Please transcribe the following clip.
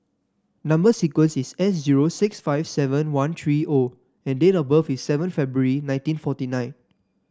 number sequence is S zero six five seven one three O and date of birth is seven February nineteen forty nine